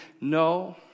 No